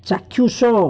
ଚାକ୍ଷୁଷ